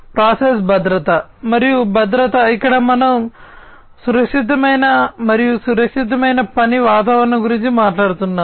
process భద్రత మరియు భద్రత ఇక్కడ మనము సురక్షితమైన మరియు సురక్షితమైన పని వాతావరణం గురించి మాట్లాడుతున్నాము